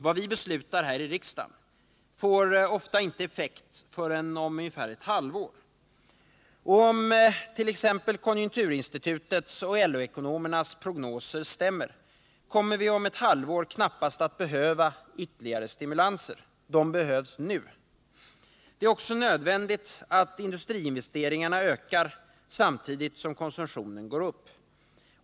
Vad vi beslutar här i riksdagen får ofta inte effekt förrän om ett halvår. Om t.ex. konjunkturinstitutets och LO-ekonomernas prognoser stämmer, kommer vi om ett halvår knappast att behöva ytterligare stimulanser. De behövs nu. Det är också nödvändigt att industriinvesteringarna ökar, samtidigt som konsumtionen går upp.